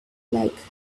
like